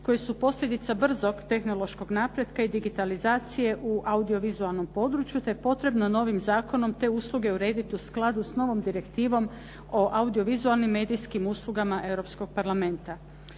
koje su posljedica brzog tehnološkog napretka i digitalizacije u audio-vizualnom području, te je potrebno novim zakonom te usluge urediti u skladu s novom Direktivom o audio-vizualnim medijskim uslugama Europskog parlamenta.